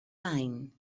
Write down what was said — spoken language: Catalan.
any